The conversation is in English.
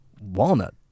walnut